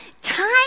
Time